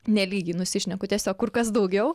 nelygiai nusišneku tiesiog kur kas daugiau